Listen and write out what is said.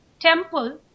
temple